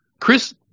Chris